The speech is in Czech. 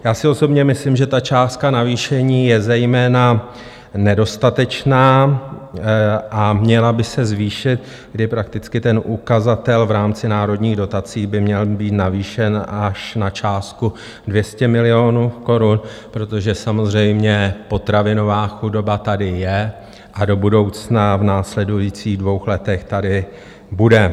Já si osobně myslím, že ta částka navýšení je zejména nedostatečná a měla by se zvýšit, kdy prakticky ten ukazatel v rámci Národních dotací by měl být navýšen až na částku 200 milionů korun, protože samozřejmě potravinová chudoba tady je a do budoucna v následujících dvou letech tady bude.